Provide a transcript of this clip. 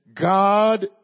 God